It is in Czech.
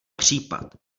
případ